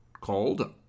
called